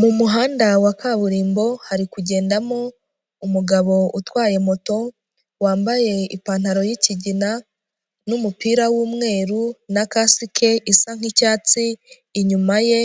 Mu muhanda wa kaburimbo hari kugendamo umugabo utwaye moto, wambaye ipantaro y'ikigina n'umupira w'umweru na kasike isa nk'icyatsi, inyuma ye